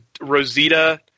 Rosita